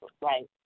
Right